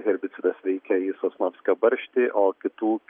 herbicidas veikia į sosnovskio barštį o kitų